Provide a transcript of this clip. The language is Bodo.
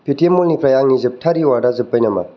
पेटिएम म'लनिफ्राय आंनि जोबथा रिवार्डआ जोब्बाय नामा